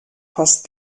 fast